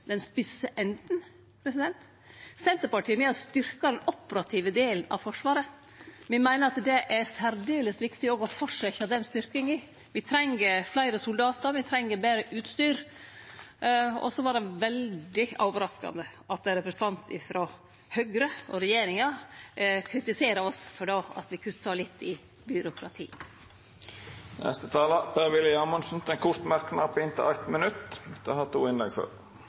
den spisse enden? Me i Senterpartiet har styrkt den operative delen av Forsvaret. Me meiner òg at det er særdeles viktig å fortsetje den styrkinga. Me treng fleire soldatar, me treng betre utstyr. Så var det veldig overraskande at representanten frå Høgre og regjeringa kritiserer oss for at me kuttar litt i byråkrati. Representanten Per-Willy Amundsen har hatt ordet to gonger og får ordet til ein kort merknad, avgrensa til 1 minutt. Som kjent ble ikke Roma bygd på